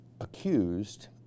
accused